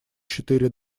четыре